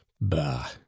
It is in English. bah